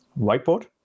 Whiteboard